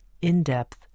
in-depth